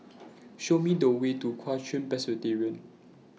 Show Me The Way to Kuo Chuan Presbyterian